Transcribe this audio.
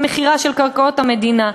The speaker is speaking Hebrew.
המכירה של קרקעות המדינה.